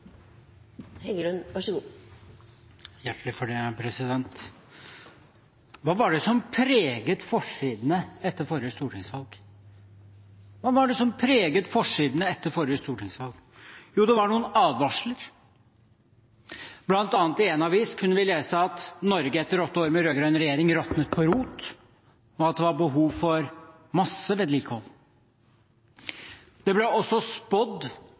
Hva var det som preget forsidene etter forrige stortingsvalg? Jo, det var noen advarsler: Blant annet kunne vi lese i én avis at Norge etter åtte år med rød-grønn regjering råtnet på rot, og at det var behov for masse vedlikehold. Det ble også spådd